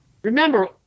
Remember